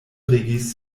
regis